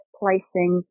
placing